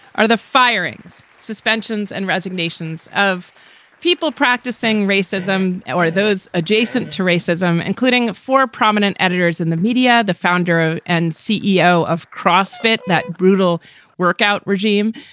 are the firings, suspensions and resignations of people practicing racism, or are those adjacent to racism, including four prominent editors in the media? the founder ah and ceo of cross fit that brutal workout regime.